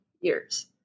years